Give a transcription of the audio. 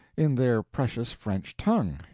in their precious french tongue,